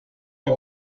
que